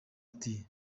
ati